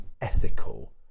ethical